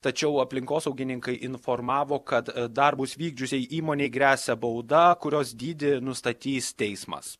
tačiau aplinkosaugininkai informavo kad darbus vykdžiusiai įmonei gresia bauda kurios dydį nustatys teismas